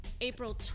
April